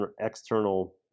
external